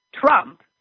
Trump